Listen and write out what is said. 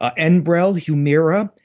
ah enbrel, humira,